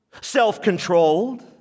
self-controlled